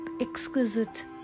exquisite